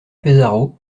pesaro